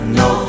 no